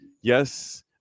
yes